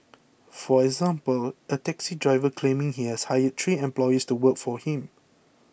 for example a taxi driver claiming he has hired three employees to work for him